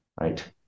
right